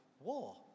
war